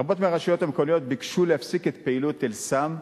רבות מהרשויות המקומיות ביקשו להפסיק את פעילות "אל סם",